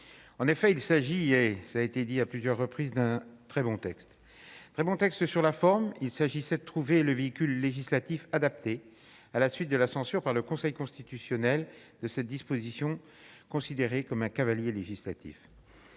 en effet, il s'agit, et ça a été dit à plusieurs reprises d'un très bon texte très bon texte sur la forme, il s'agissait de trouver le véhicule législatif adapté à la suite de la censure par le Conseil constitutionnel de cette disposition, considéré comme un cavalier législatif.